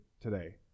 today